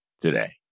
today